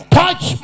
touch